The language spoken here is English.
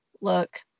look